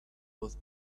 both